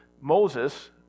Moses